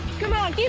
come on,